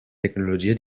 tecnologia